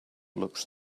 looks